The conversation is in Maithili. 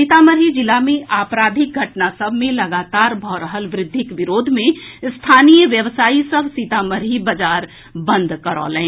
सीतामढ़ी जिला मे आपराधिक घटना सभ मे लगातार भऽ रहल वृद्धिक विरोध मे स्थानीय व्यवसायी सभ सीतामढ़ी बाजार बंद करौलनि